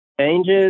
Changes